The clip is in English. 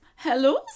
Hello